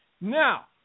Now